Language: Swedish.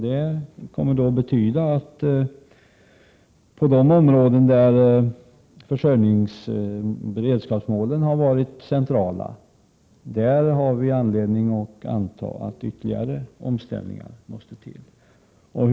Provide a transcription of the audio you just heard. Det kommer att betyda att vi på de områden där försörjningsberedskapsmålen har varit centrala har anledning att anta att ytterligare omställningar måste ske.